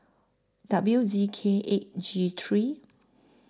W Z K eight G three